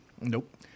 Nope